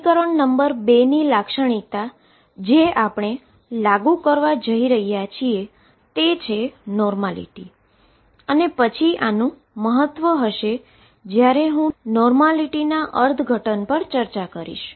સમીકરણ નંબર 2 ની લાક્ષણિકતા કે જે આપણે લાગુ કરવા જઈ રહ્યા છીએ તે છે નોર્માલીટી અને પછી આનું મહત્વ હશે જ્યારે હું નોર્માલીટીના અર્થઘટન પર ચર્ચા કરીશ